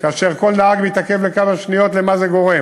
למה זה גורם